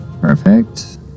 Perfect